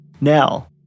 Now